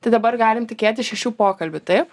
tai dabar galim tikėtis šešių pokalbių taip